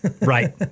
Right